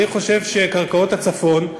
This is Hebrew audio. אני חושב שקרקעות הצפון,